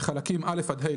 בחלקים א' עד ה',